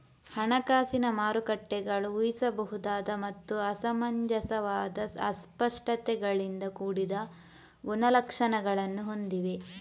ಹಣಕಾಸಿನ ಮಾರುಕಟ್ಟೆಗಳು ಊಹಿಸಬಹುದಾದ ಮತ್ತು ಅಸಮಂಜಸವಾದ ಅಸ್ಪಷ್ಟತೆಗಳಿಂದ ಕೂಡಿದ ಗುಣಲಕ್ಷಣಗಳನ್ನು ಹೊಂದಿವೆ